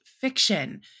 fiction